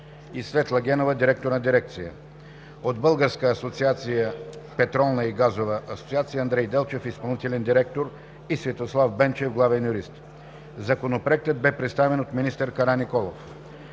и Светла Генова – директор на дирекция; от Българската петролна и газова асоциация: Андрей Делчев – изпълнителен директор, и Светослав Бенчев – главен юрист. Законопроектът бе представен от министър Караниколов.